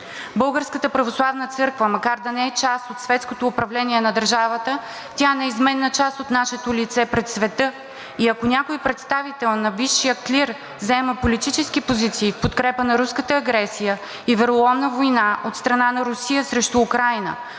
Българската православна църква, макар да не е част от светското управление на държавата, е неизменна част от нашето лице пред света. И ако някой представител на висшия клир заема политически позиции в подкрепа на руската агресия и вероломна война от страна на Русия срещу Украйна,